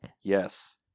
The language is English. Yes